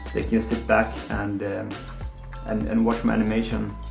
they can sit back and and and watch my animation.